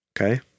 Okay